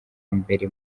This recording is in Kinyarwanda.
mbere